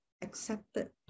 accepted